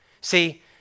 See